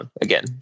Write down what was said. again